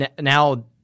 now